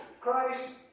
Christ